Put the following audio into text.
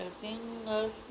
fingers